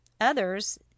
Others